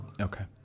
Okay